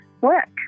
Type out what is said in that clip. work